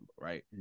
right